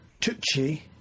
Tucci